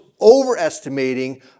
overestimating